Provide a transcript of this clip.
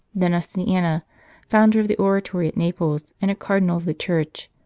then of sienna founder of the oratory at naples, and a cardinal of the church,